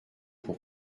pour